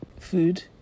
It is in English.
Food